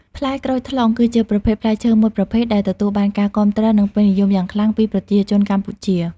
ផ្លែក្រូចថ្លុងគឺជាប្រភេទផ្លែឈើមួយប្រភេទដែលទទួលបានការគាំទ្រនិងពេញនិយមយ៉ាងខ្លាំងពីប្រជាជនកម្ពុជា។